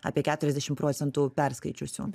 apie keturiasdešimt procentų perskaičiusių